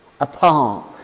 apart